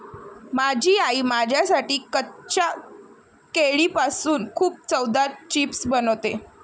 माझी आई माझ्यासाठी कच्च्या केळीपासून खूप चवदार चिप्स बनवते